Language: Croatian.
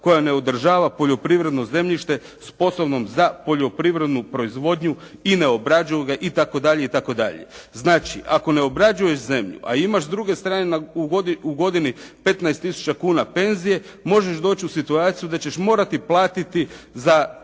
koja ne održava poljoprivredno zemljište sposobnom za poljoprivrednu proizvodnju i ne obrađuju ga i tako dalje i tako dalje. Znači ako ne obrađuješ zemlju, a imaš s druge strane u godini 15 tisuća kuna penzije možeš doći u situaciju da ćeš morati platiti za